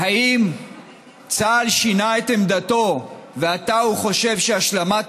האם צה"ל שינה את עמדתו ועתה הוא חושב שהשלמת